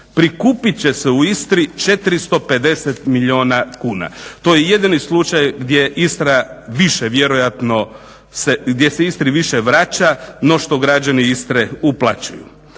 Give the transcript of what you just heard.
Prikupit će se u Istri 450 milijuna kuna. To je jedini slučaj gdje Istra više vjerojatno, gdje se Istri više